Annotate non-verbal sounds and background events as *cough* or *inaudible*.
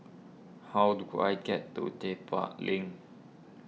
how do I get to *unintelligible* Link